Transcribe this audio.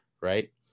right